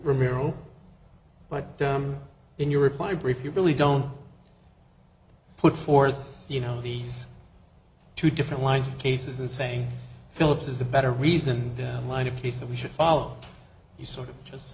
ramiro but in your reply brief you really don't put forth you know these two different lines of cases and saying phillips is a better reason downline a case that we should follow you sort of just